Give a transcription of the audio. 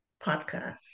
podcast